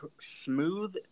smooth